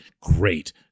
Great